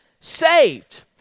saved